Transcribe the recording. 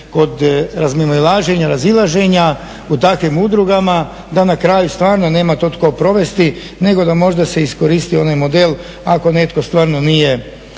kod razmimoilaženja, razilaženja u takvim udrugama da na kraju … nema to tko provesti nego da možda se iskoristi onaj model, ako netko stvarno nije